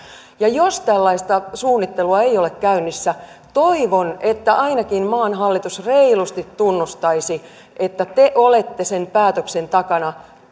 jos tällaista suunnittelua ei ole käynnissä toivon että ainakin maan hallitus reilusti tunnustaisi että te olette sen päätöksen takana